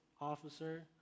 officer